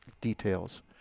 details